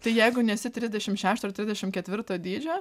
tai jeigu nesi trisdešim šešto ar trisdešim ketvirto dydžio